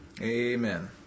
amen